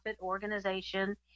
organization